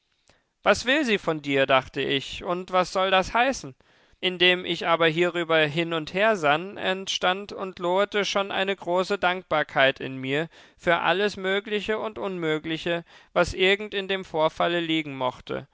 was will sie von dir dachte ich und was soll das heißen indem ich aber hierüber hin und her sann entstand und lohete schon eine große dankbarkeit in mir für alles mögliche und unmögliche was irgend in dem vorfalle liegen mochte